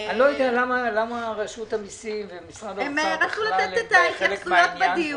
הם רצו לתת את התשובות בדיון,